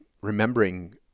remembering